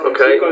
Okay